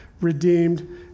redeemed